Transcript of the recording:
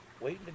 waiting